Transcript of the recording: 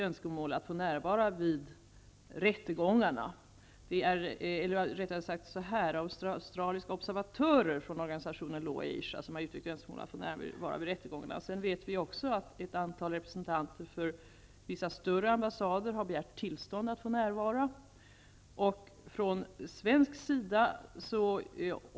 Den andra är att australiska observatörer från organisationen Law Asia har uttryckt önskemål om att få närvara vid rättegångarna. Vi vet också att ett antal representanter för vissa större ambassader har begärt tillstånd att närvara.